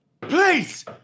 Please